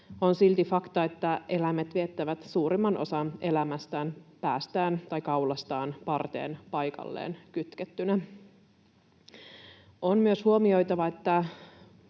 on silti fakta, että eläimet viettävät suurimman osan elämästään päästään tai kaulastaan parteen paikalleen kytkettyinä. On myös huomioitava, että